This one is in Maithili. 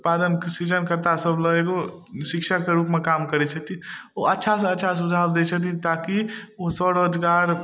उत्पादनके सृजनकर्ता सब लए एगो शिक्षकके रूपमे काम करय छथिन ओ अच्छासँ अच्छा सुझाव दै छथिन ताकि ओ स्वरोजगार